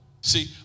See